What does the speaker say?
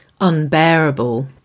unbearable